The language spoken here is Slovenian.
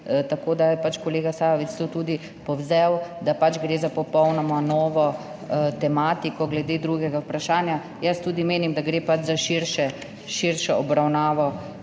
tako, da je pač kolega Sajovic to tudi povzel, da pač gre za popolnoma novo tematiko glede drugega vprašanja. Jaz tudi menim, da gre pač za širšo obravnavo